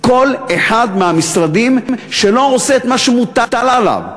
כל אחד מהמשרדים שלא עושה את מה שמוטל עליו.